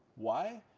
why?